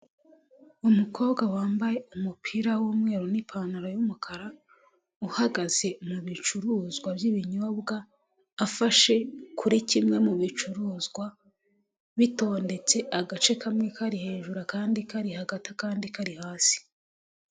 Umukobwa wambaye umupira w'umweru n'ipantaro y'umukara uhagaze mu bicuruzwa by'ibinyobwa afashe kuri kimwe mu bicuruzwa bitondetse agace kamwe kari hejuru kandi kari hagati kandi kari hasi.